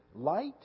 Light